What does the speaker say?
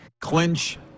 clinch